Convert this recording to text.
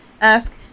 ask